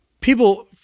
people